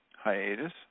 hiatus